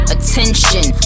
Attention